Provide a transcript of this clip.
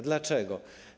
Dlaczego?